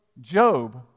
Job